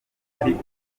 ariko